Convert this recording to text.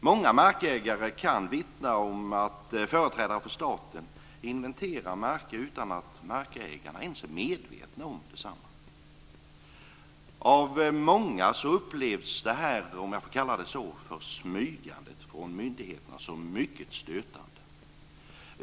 Många markägare kan vittna om att företrädare för staten inventerar marker utan att markägarna ens är medvetna om att så sker. Av många upplevs det här - låt mig kalla det så - smygandet från myndigheterna som mycket stötande.